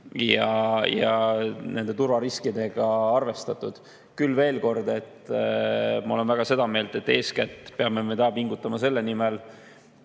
ja nende turvariskidega on arvestatud. Aga veel kord: ma olen väga seda meelt, et eeskätt peame praegu pingutama selle nimel,